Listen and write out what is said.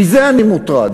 מזה אני מוטרד.